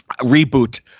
Reboot